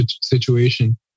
situation